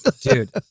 dude